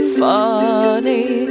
funny